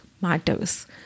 matters